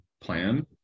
plan